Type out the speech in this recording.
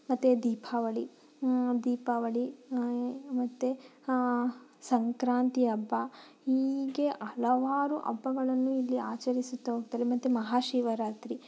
ಮತ್ತು ದೀಪಾವಳಿ ದೀಪಾವಳಿ ಮತ್ತು ಸಂಕ್ರಾಂತಿ ಹಬ್ಬ ಹೀಗೆ ಹಲವಾರು ಹಬ್ಬಗಳನ್ನು ಇಲ್ಲಿ ಆಚರಿಸುತ್ತಾ ಹೋಗ್ತಾರೆ ಮತ್ತು ಮಹಾಶಿವರಾತ್ರಿ